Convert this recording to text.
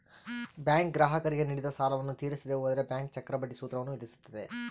bank ಗ್ರಾಹಕರಿಗೆ ನೀಡಿದ ಸಾಲವನ್ನು ತೀರಿಸದೆ ಹೋದರೆ ಬ್ಯಾಂಕ್ ಚಕ್ರಬಡ್ಡಿ ಸೂತ್ರವನ್ನು ವಿಧಿಸುತ್ತದೆ